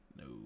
No